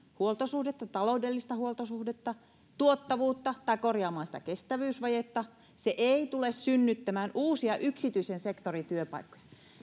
taloudellista huoltosuhdetta tai tuottavuutta tai korjaamaan kestävyysvajetta se ei tule synnyttämään uusia yksityisen sektorin työpaikkoja